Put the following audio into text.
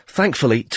Thankfully